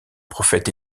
prophète